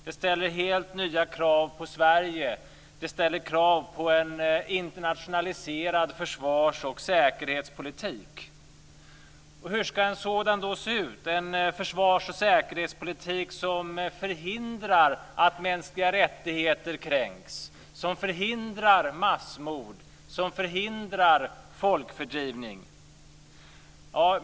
Det ställer helt nya krav på Sverige. Det ställer krav på en internationaliserad försvars och säkerhetspolitik. Och hur ska då en försvars och säkerhetspolitik se ut som förhindrar att mänskliga rättigheter kränks, som förhindrar massmord och som förhindrar folkfördrivning?